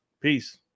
Peace